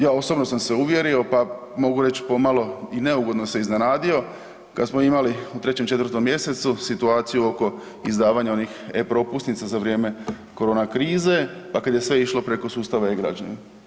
Ja osobno sam se uvjerio, pa mogu reći pomalo i neugodno se iznenadio kad smo imali u 3., 4. mj. situaciju oko izdavanja onih e-Propusnica za vrijeme korona krize pa kad je sve išlo preko sustava e-Građani.